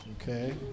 Okay